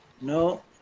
No